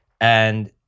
And-